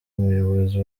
umuyobozi